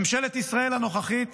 ממשלת ישראל הנוכחית